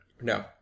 No